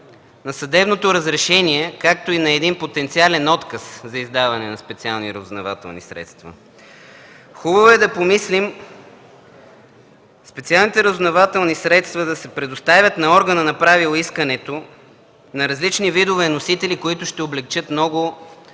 на съдебното разрешение, както и на един потенциален отказ за издаване на специални разузнавателни средства. Хубаво е да помислим специалните разузнавателни средства да се предоставят на органа, направил искането, на различни видове носители, които ще облекчат много работата